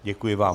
Děkuji vám.